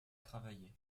travailler